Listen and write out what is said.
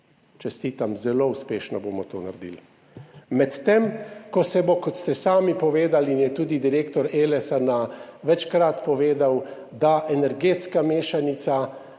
Čestitam, zelo uspešno bomo to naredili. Medtem ko se bo, kot ste sami povedali in je tudi direktor Elesa večkrat povedal, da energetska mešanica